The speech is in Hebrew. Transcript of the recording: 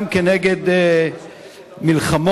הוא גם נגד מלחמות,